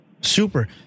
super